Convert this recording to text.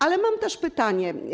Ale mam też pytanie.